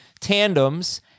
tandems